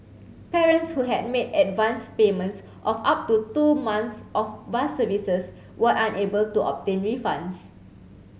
parents who had made advanced payments of up to two months of bus services were unable to obtain refunds